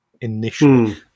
initially